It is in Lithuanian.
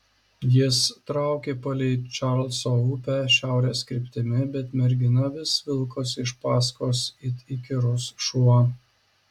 jis traukė palei čarlzo upę šiaurės kryptimi bet mergina vis vilkosi iš paskos it įkyrus šuo